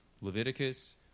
Leviticus